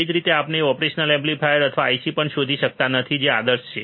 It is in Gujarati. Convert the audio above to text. તે જ રીતે આપણે ઓપરેશનલ એમ્પ્લીફાયર અથવા IC પણ શોધી શકતા નથી જે આદર્શ છે